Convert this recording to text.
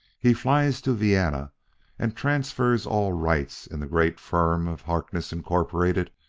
he flies to vienna and transfers all rights in the great firm of harkness, incorporated,